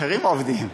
אחרים עובדים.